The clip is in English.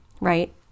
right